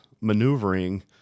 maneuvering